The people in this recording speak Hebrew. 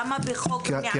למה בחוק למניעת אלימות?